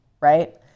Right